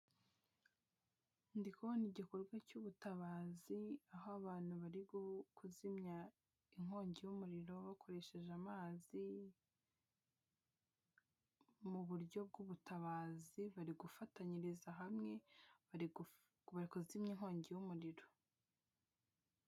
Ndi kubona igikorwa cy'ubutabazi aho abantu bari kuzimya inkongi y'umuriro bakoresheje amazi, mu buryo bw'ubutabazi bari gufatanyiriza hamwe, bari kuzimya inkongi y'umuriro.